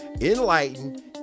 enlighten